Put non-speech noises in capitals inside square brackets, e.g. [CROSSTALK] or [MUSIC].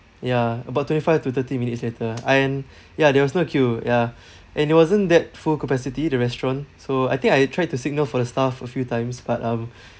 ya about twenty five to thirty minutes later and [BREATH] ya there was no queue ya and it wasn't that full capacity the restaurant so I think I tried to signal for the staff a few times but um [BREATH]